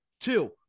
Two